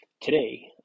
today